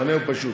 המענה הוא פשוט.